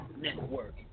Network